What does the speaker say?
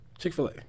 Chick-fil-A